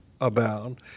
abound